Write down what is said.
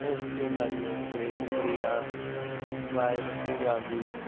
okay ਭਾਅ ਜੀ okay ਸ਼ੁਕਰੀਆ ਬਾਏ ਸਤਿ ਸ਼੍ਰੀ ਅਕਾਲ ਜੀ